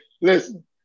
Listen